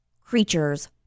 creatures